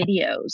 videos